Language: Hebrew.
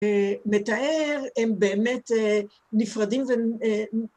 מתאר הם באמת נפרדים